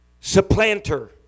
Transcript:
supplanter